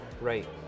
right